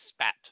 spat